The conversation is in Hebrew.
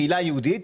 קהילה יהודית,